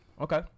Okay